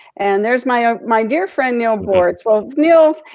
and there's my ah my dear friend neal boortz. well, neal,